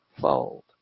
fold